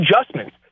adjustments